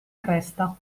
cresta